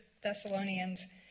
Thessalonians